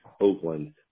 Oakland